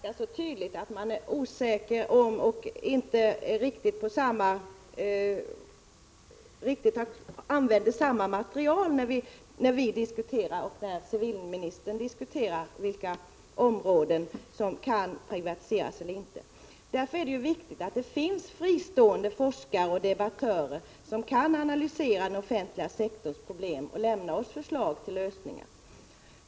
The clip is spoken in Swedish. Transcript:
Herr talman! Det framgår ganska tydligt att vi och civilministern inte riktigt använder samma material, när vi diskuterar vilka områden som kan privatiseras eller inte. Därför är det viktigt att det finns fristående forskare och debattörer, som kan analysera den offentliga sektorns problem och lämna oss förslag till lösningar.